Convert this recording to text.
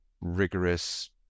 rigorous